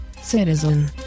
citizen